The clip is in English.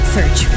Search